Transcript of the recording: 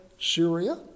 syria